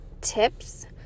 tips